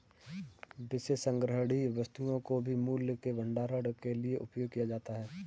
विशेष संग्रहणीय वस्तुओं को भी मूल्य के भंडारण के लिए उपयोग किया जाता है